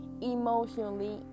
emotionally